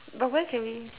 but where can we